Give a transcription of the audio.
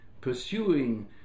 pursuing